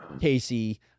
Casey